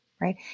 Right